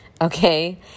okay